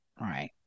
right